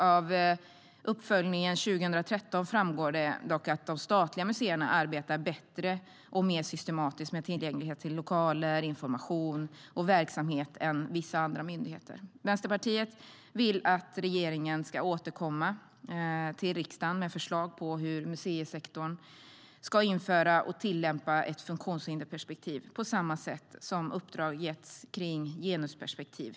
Av uppföljningen 2013 framgår dock att de statliga museerna arbetar bättre och mer systematiskt med tillgänglighet till lokaler, information och verksamhet än vissa andra myndigheter. Vänsterpartiet vill att regeringen ska återkomma till riksdagen med förslag på hur museisektorn ska införa och tillämpa ett funktionshinderperspektiv inom sin verksamhet, på samma sätt som uppdrag getts om genusperspektiv.